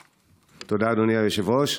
תודה, אדוני היושב-ראש.